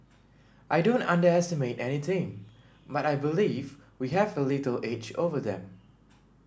I don't underestimate any team but I believe we have a little edge over them